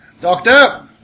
Doctor